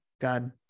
God